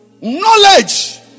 Knowledge